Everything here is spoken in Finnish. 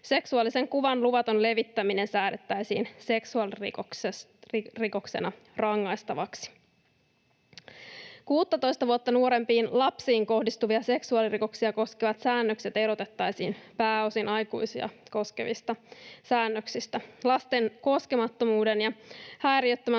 Seksuaalisen kuvan luvaton levittäminen säädettäisiin seksuaalirikoksena rangaistavaksi. 16:ta vuotta nuorempiin lapsiin kohdistuvia seksuaalirikoksia koskevat säännökset erotettaisiin pääosin aikuisia koskevista säännöksistä. Lasten koskemattomuuden ja häiriöttömän